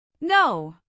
No